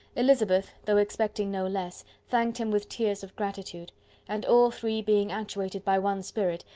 elizabeth, though expecting no less, thanked him with tears of gratitude and all three being actuated by one spirit,